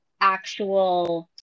actual